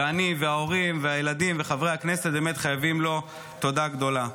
ואני וההורים והילדים וחברי הכנסת באמת חייבים לו תודה גדולה,